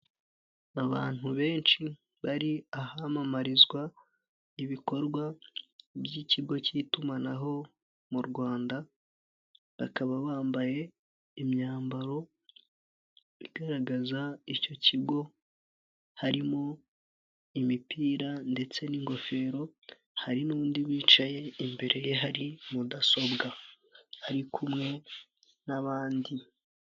Abantu benshi bari ahamamarizwa ibikorwa by'ikigo cy'itumanaho mu Rwanda, bakaba bambaye imyambaro igaragaza icyo kigo, harimo imipira, ndetse n'ingofero, hari n'undi wicaye imbere ye hari mudasobwa ari kumwe n'abandi.